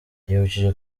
yibukije